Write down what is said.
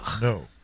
No